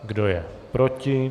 Kdo je proti?